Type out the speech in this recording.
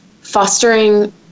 Fostering